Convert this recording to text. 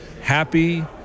happy